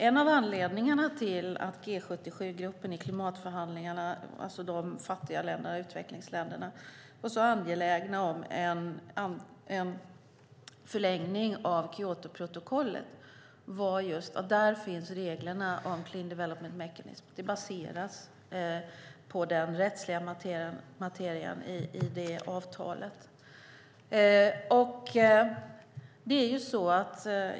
En av anledningarna till att G77-gruppen, alltså utvecklingsländerna, var angelägna om en förlängning av Kyotoprotokollet var att där finns reglerna för Clean Development Mechanism. Det baseras på den rättsliga materien i det avtalet.